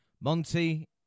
Monty